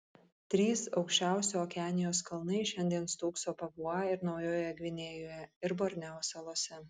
trys aukščiausi okeanijos kalnai šiandien stūkso papua ir naujojoje gvinėjoje ir borneo salose